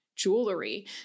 Jewelry